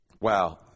Wow